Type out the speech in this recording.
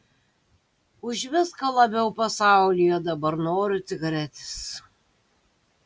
už viską labiau pasaulyje dabar noriu cigaretės